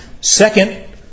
Second